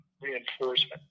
reinforcement